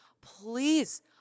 please